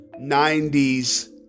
90's